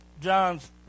John's